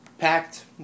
Packed